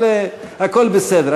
אבל הכול בסדר,